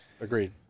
Agreed